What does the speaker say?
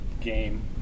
game